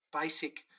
basic